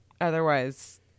Otherwise